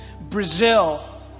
Brazil